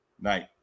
night